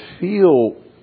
feel